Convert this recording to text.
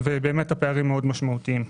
שהם באמת מאוד משמעותיים.